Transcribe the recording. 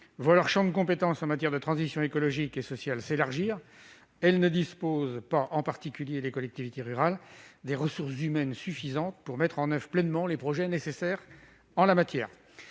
leur champ de compétences en matière de transition écologique et sociale s'élargir, elles ne disposent pas, en particulier les collectivités rurales, des ressources humaines suffisantes pour mettre en oeuvre pleinement les projets nécessaires en la matière.